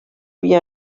wie